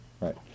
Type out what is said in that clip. right